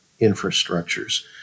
infrastructures